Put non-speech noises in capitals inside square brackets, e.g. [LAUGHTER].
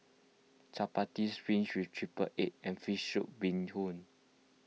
Chappati [UNINTELLIGIBLE] with Triple Egg and Fish Soup Bee Hoon